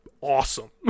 awesome